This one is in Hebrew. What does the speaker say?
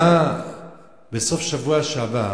בסוף השבוע שעבר